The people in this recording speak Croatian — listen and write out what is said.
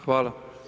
Hvala.